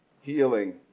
healing